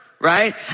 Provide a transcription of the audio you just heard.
Right